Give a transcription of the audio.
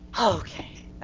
Okay